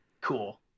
cool